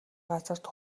газарт